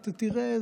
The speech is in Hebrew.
תראה,